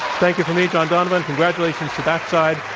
thank you from me, john donvan. congratulations to that side.